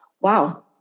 Wow